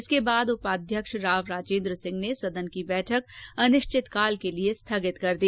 इसके बाद उपाध्यक्ष राव राजेन्द्र सिंह ने सदन की बैठक अनिश्चित काल के लिये स्थगित दी